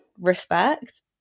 respect